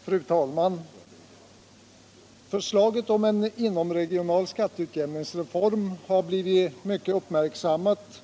Nr 133 Fru talman! Förslaget om en inomregional skatteutjämningsreform har Torsdagen den blivit mycket uppmärksammat